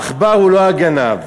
העכבר הוא לא הגנב,